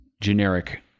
generic